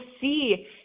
see